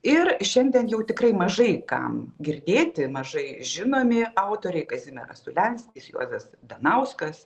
ir šiandien jau tikrai mažai kam girdėti mažai žinomi autoriai kazimieras ulenskis juozas danauskas